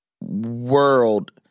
world